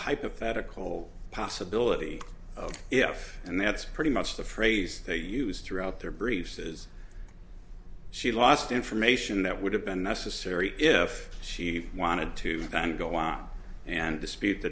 hypothetical possibility if and that's pretty much the phrase they use throughout their brief says she lost information that would have been necessary if she wanted to go out and dispute